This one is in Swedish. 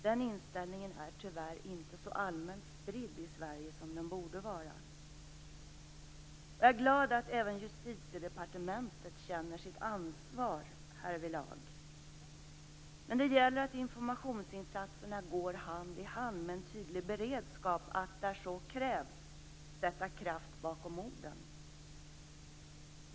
Den inställningen är tyvärr inte så allmänt spridd i Sverige som den borde vara. Jag är glad att även Justitiedepartementet känner sitt ansvar härvidlag. Men det gäller att informationsinsatserna går hand i hand med en tydlig beredskap för att, när så krävs, sätta kraft bakom orden.